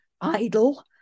idle